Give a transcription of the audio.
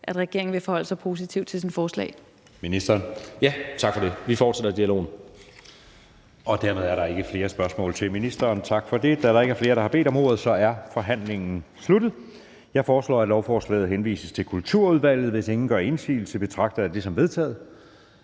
Ja, tak for det. Vi fortsætter dialogen. Kl. 11:34 Anden næstformand (Jeppe Søe): Dermed er der ikke flere spørgsmål til ministeren. Tak for det. Da der ikke er flere, der har bedt om ordet, er forhandlingen sluttet. Jeg foreslår, at lovforslaget henvises til Kulturudvalget. Hvis ingen gør indsigelse, betragter jeg det som vedtaget.